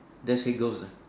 that's Haig Girls' uh